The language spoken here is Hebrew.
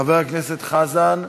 חבר הכנסת חזן?